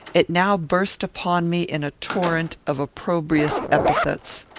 it now burst upon me in a torrent of opprobrious epithets.